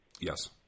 Yes